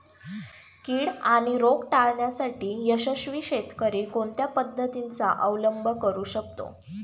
कीड आणि रोग टाळण्यासाठी यशस्वी शेतकरी कोणत्या पद्धतींचा अवलंब करू शकतो?